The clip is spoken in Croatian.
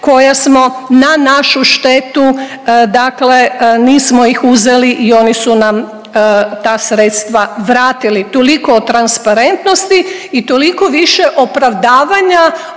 koja smo na našu štetu dakle nismo ih uzeli i oni su nam ta sredstva vratili. Toliko o transparentnosti i toliko više opravdavanja